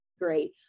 great